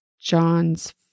John's